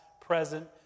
present